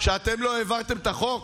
שאתם לא העברתם את החוק?